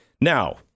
now